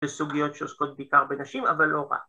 ‫בסוגיות שעוסקות בעיקר בנשים, ‫אבל לא רק.